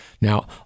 Now